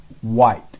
white